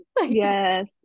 Yes